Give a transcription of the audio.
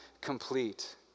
complete